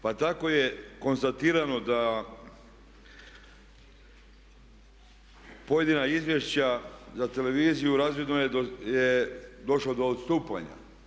Pa tako je konstatirano da pojedina izvješća za televiziju razvidno je došlo do odstupanja.